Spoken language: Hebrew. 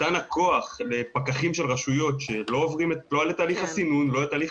מתן הכוח לפקחים של רשויות שלא עוברים לא את תהליך הסינון ולא את תהליך